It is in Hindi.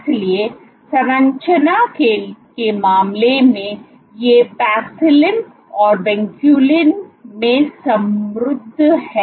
इसलिए संरचना के मामले में ये पैक्सिलिन और विनक्यूलिन में समृद्ध हैं